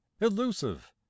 elusive